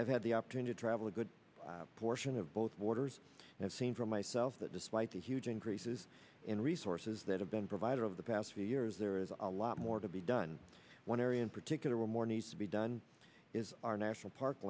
has had the opportunity to have a good portion of both borders and seen for myself that despite the huge increases in resources that have been provided of the past few years there is a lot more to be done one area in particular more needs to be done is our national park